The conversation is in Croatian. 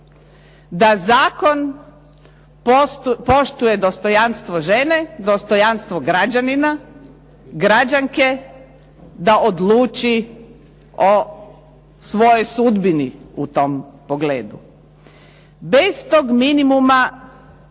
da zakon poštuje dostojanstvo žene, dostojanstvo građanina, građanke da odluči o svojoj sudbini u tom pogledu. Bez tog minimuma